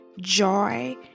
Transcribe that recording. joy